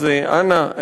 אז אנא,